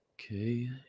Okay